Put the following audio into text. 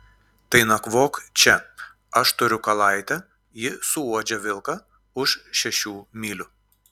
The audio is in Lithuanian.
tai nakvok čia aš turiu kalaitę ji suuodžia vilką už šešių mylių